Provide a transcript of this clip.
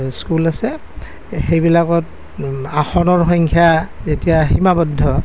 school আছে সেইবিলাকত আসনৰ সংখ্যা এতিয়া সীমাবদ্ধ